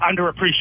underappreciated